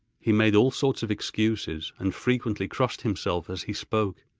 he made all sorts of excuses, and frequently crossed himself as he spoke.